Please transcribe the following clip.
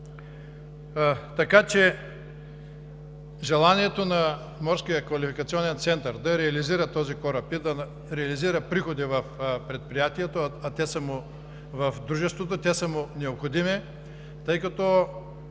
Така че желанието на Морския квалификационен център да реализира този кораб и да реализира приходи в предприятието, в дружеството, а те са му необходими, тъй като